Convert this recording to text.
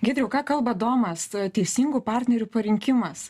giedriau ką kalba domas teisingų partnerių parinkimas